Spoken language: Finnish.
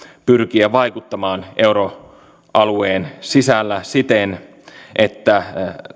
pyrkiä vaikuttamaan euroalueen sisällä siten että